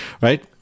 Right